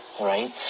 right